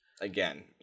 again